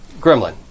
Gremlin